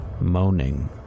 moaning